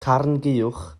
carnguwch